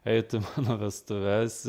eitų į mano vestuves